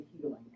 healing